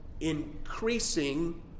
increasing